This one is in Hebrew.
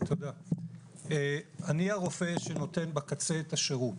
אני הרופא שנותן בקצה את השירות